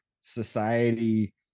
society